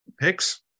Picks